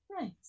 nice